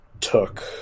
took